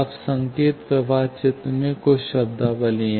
अब संकेत प्रवाह चित्र में कुछ शब्दावली हैं